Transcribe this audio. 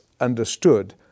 understood